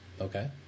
Okay